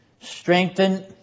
Strengthen